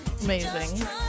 amazing